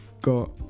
got